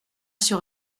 sur